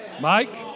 Mike